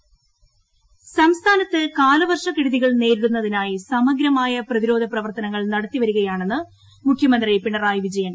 മഴ മുഖ്യമന്ത്രി സംസ്ഥാനത്ത് കാലവർഷക്കെടുതികൾ നേരിടുന്നതിനായി സമഗ്രമായ പ്രതിരോധ പ്രവർത്തനങ്ങൾ നടത്തിവരുകയാണെന്ന് മുഖ്യമന്ത്രി പിണറായി വിജയൻ